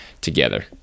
together